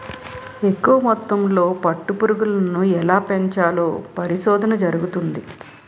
ఎక్కువ మొత్తంలో పట్టు పురుగులను ఎలా పెంచాలో పరిశోధన జరుగుతంది